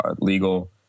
legal